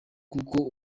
kuko